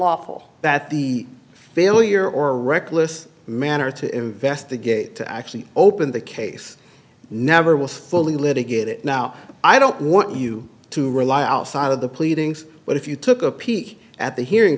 lawful that the failure or reckless manner to investigate to actually open the case never was fully litigate it now i don't want you to rely outside of the pleadings but if you took a peek at the hearing